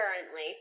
currently